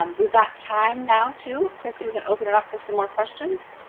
um we've got time now, to, christy, we can open it up for some more questions.